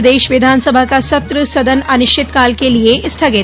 प्रदेश विधानसभा का सत्र सदन अनिश्चितकाल के लिए स्थगित